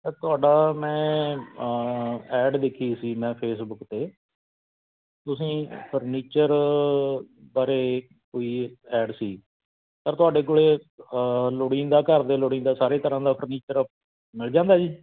ਇਹ ਤੁਹਾਡਾ ਮੈਂ ਐਡ ਦੇਖੀ ਸੀ ਮੈਂ ਫੇਸਬੁੱਕ 'ਤੇ ਤੁਸੀਂ ਫਰਨੀਚਰ ਬਾਰੇ ਕੋਈ ਐਡ ਸੀ ਸਰ ਤੁਹਾਡੇ ਕੋਲ ਲੋੜੀਂਦਾ ਘਰ ਦੇ ਲੋੜੀਂਦਾ ਸਾਰੇ ਤਰ੍ਹਾਂ ਦਾ ਫਰਨੀਚਰ ਮਿਲ ਜਾਂਦਾ ਜੀ